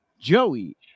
Joey